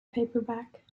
paperback